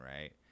right